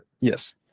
yes